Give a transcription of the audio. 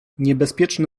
niebezpieczny